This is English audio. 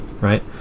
right